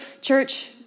church